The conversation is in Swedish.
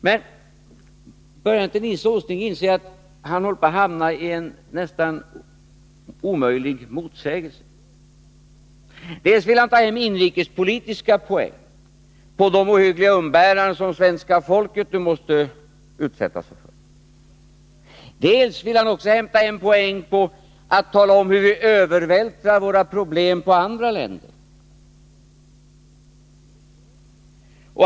Men börjar inte Nils Åsling inse att han håller på att hamna i en nästan omöjlig motsägelse? Dels vill han inhösta inrikespolitiska poäng på de ohyggliga umbäranden som det svenska folket nu måste utsätta sig för, dels vill han inhösta poäng på att tala om hur vi övervältrar våra problem på andra länder.